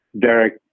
Derek